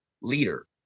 leader